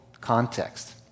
context